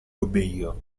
obéir